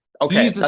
okay